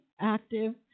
active